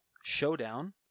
showdown